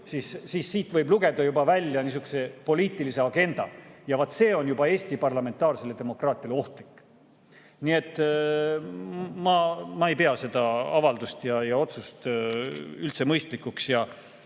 siis siit võib lugeda juba välja niisuguse poliitilise agenda. Ja vaat see on juba Eesti parlamentaarsele demokraatiale ohtlik. Nii et ma ei pea seda avaldust ja otsust üldse mõistlikuks